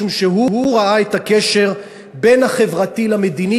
משום שהוא ראה את הקשר בין החברתי למדיני,